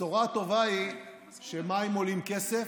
הבשורה הטובה היא שמים עולים כסף,